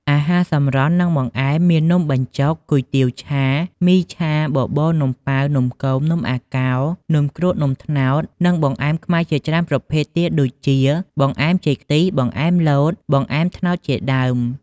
អាហារសម្រន់ និងបង្អែម មាននំបញ្ចុក គុយទាវឆា មីឆា បបរ នំប៉ាវ នំគម នំអាកោ នំគ្រក់ នំត្នោត និងបង្អែមខ្មែរជាច្រើនប្រភេទទៀត ដូចជា បង្អែមចេកខ្ទិះ បង្អែមលត បង្អែមត្នោតជាដើម។